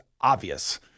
obvious